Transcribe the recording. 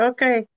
Okay